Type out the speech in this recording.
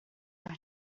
that